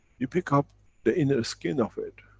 you pick up the inner skin of it.